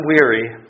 weary